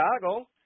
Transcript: Chicago